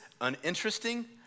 uninteresting